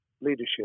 leadership